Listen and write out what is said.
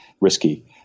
risky